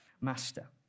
master